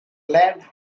lead